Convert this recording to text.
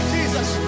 Jesus